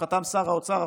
שחתם שר האוצר עכשיו,